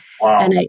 Wow